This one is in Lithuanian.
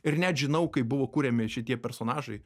ir net žinau kaip buvo kuriami šitie personažai